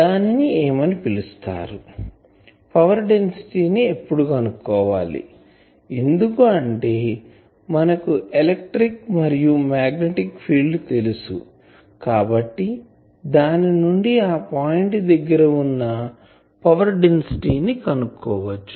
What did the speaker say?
దానిని ఏమని పిలుస్తారు పవర్ డెన్సిటీ ని ఎప్పుడు కనుక్కోవాలి ఎందుకు అంటే మనకు ఎలక్ట్రిక్ మరియు మాగ్నెటిక్ ఫీల్డ్ లు తెలుసు కాబట్టి దాని నుండి ఆ పాయింట్ దగ్గర వున్న పవర్ డెన్సిటీ ని కనుక్కోవచ్చు